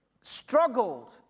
struggled